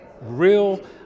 real